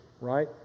right